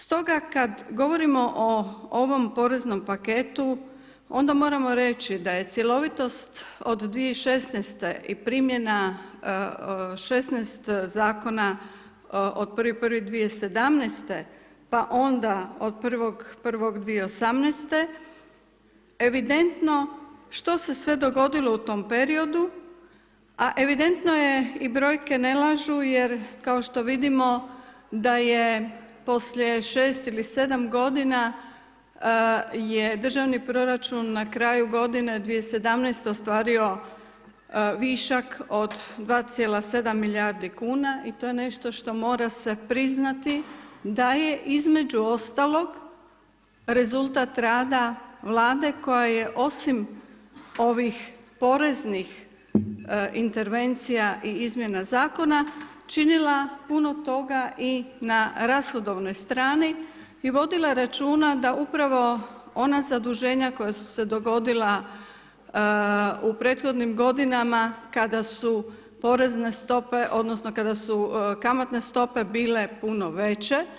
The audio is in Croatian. Stoga kad govorimo o ovom poreznom paketu onda moramo reći da je cjelovitost od 2016. i primjena 16 zakona od 1.1.2017. pa onda od 1.1.2018. evidentno što se sve dogodilo u tom periodu a evidentno je i brojke ne lažu jer kao što vidimo da je poslije 6 ili 7 g. je državni proračun na kraju g. 2017. ostvario višak od 2,7 milijardi kn i to je nešto što je mora se priznati da je između ostalog rezultat rada vlade koja je osim ovih poreznih intervencija i izmjene zakona, činila puno toga i na rashodovnoj strani i vodila računa, da upravo ona zaduženja koja su se dogodila u prethodnim godinama, kada su porezne stope, odnosno, kada su kamatne stope bile puno veće.